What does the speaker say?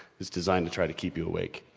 it's designed to try to keep you awake.